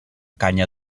canya